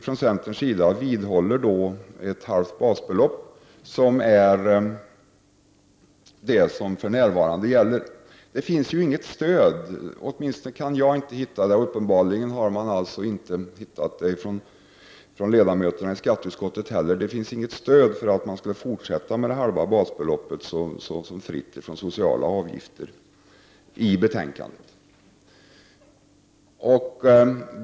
Från centerns sida vidhåller vi att ett halvt basbelopp skall vara fritt, vilket är vad som gäller för närvarande. Det finns ju inget stöd — åtminstone kan jag inte hitta det, och uppenbarligen har inte heller ledamöterna i skatteutskottet hittat det — för att man skulle fortsätta att låta det halva basbeloppet vara fritt från sociala avgifter.